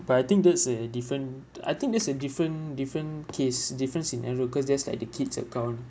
but I think that's a different I think that's a different different case different scenario cause that's like a kids account